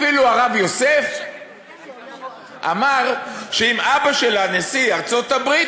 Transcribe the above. אפילו הרב יוסף אמר שאם אבא שלה יהיה נשיא ארצות-הברית,